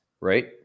Right